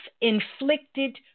inflicted